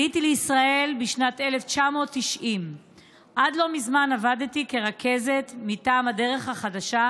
עליתי לישראל בשנת 1990. עד לא מזמן עבדתי כרכזת מטעם הדרך החדשה,